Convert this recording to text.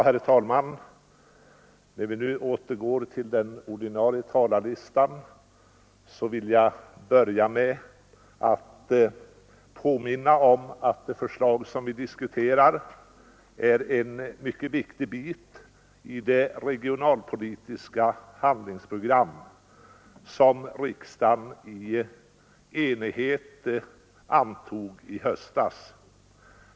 Herr talman! När vi nu återgår till den ordinarie talarlistan vill jag börja med att påminna om att det förslag som vi diskuterar är en viktig bit i det regionalpolitiska handlingsprogram som riksdagen i enighet antog i höstas.